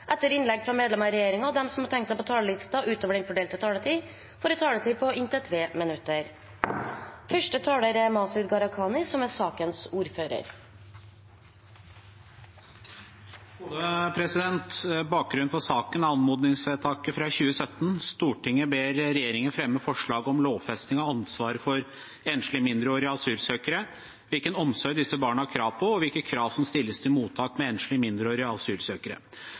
etter innlegg fra medlemmer av regjeringen, og de som måtte tegne seg på talerlisten utover den fordelte taletid, får også en taletid på inntil 3 minutter. Bakgrunnen for saken er anmodningsvedtaket fra 2017: «Stortinget ber regjeringen fremme forslag om lovfesting av ansvaret for enslige mindreårige asylsøkere, hvilken omsorg disse barna har krav på og hvilke krav som stilles til mottak med enslige mindreårige asylsøkere.»